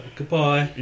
Goodbye